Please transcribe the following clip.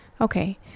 Okay